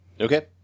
Okay